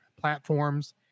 platforms